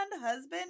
husband